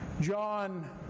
John